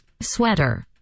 Sweater